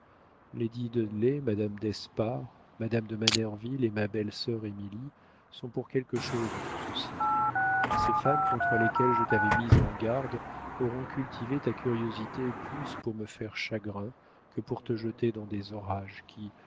madame d'espard madame de manerville et ma belle-sœur émilie sont pour quelque chose en tout ceci ces femmes contre lesquelles je t'avais mise en garde auront cultivé ta curiosité plus pour me faire chagrin que pour te jeter dans des orages qui